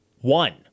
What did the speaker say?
one